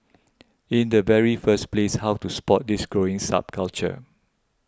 in the very first place how to spot this growing subculture